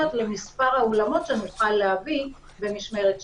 למספר האולמות שנוכל להביא במשמרת שנייה.